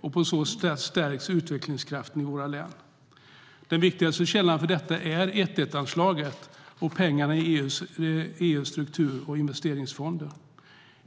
På så sätt stärks utvecklingskraften i våra län. Den viktigaste källan för detta är 1:1-anslaget och pengarna i EU:s struktur och investeringsfonder.